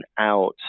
out